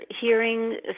hearing